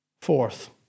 Fourth